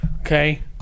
Okay